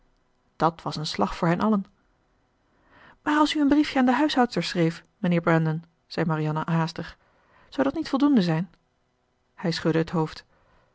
dat was een slag voor hen allen maar als u een briefje aan de huishoudster schreef mijnheer brandon zei marianne haastig zou dat niet voldoende zijn hij schudde het hoofd